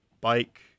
bike